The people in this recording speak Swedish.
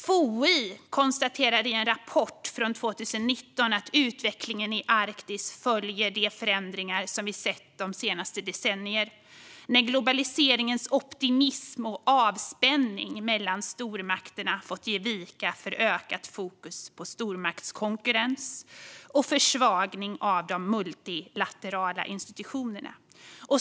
FOI konstaterade 2019 i en rapport att utvecklingen i Arktis följer de förändringar som vi har sett de senaste decennierna. Globaliseringens optimism och avspänning mellan stormakterna har fått ge vika för ökat fokus på stormaktskonkurrens och försvagning av de multilaterala institutionerna.